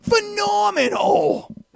Phenomenal